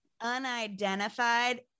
unidentified